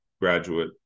graduate